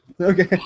Okay